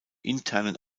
internen